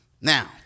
Now